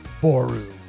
Boru